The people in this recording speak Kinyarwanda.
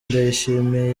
ndayishimiye